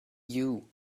you